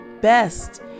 best